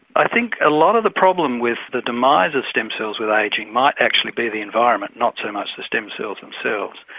i think a lot of the problem with the demise of stem cells with ageing might actually be the environment not so much the stem cells themselves.